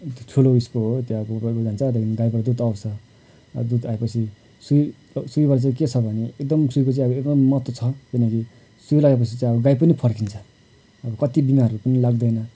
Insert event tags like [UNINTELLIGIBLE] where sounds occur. अन्त ठुलो ऊ यसको हो त्यो [UNINTELLIGIBLE] त्यहाँदेखिन् गाईको दुध आउँछ दुध आएपछि सुई सुईबाट चाहिँ के छ भने एकदम सुईको चाहिँ अब एकदम महत्त्व छ किनकि सुई लगाएपछि चाहिँ अब गाई पनि फर्किन्छ अब कति बिमारहरू पनि लाग्दैन